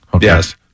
Yes